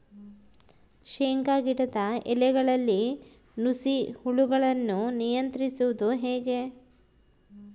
ಶೇಂಗಾ ಗಿಡದ ಎಲೆಗಳಲ್ಲಿ ನುಷಿ ಹುಳುಗಳನ್ನು ನಿಯಂತ್ರಿಸುವುದು ಹೇಗೆ?